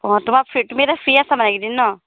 অঁ তোমাৰ ফ তুমি এতিয়া ফ্ৰী আছা মানে এইকেইদিন নহ্